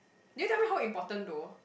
then tell me how important though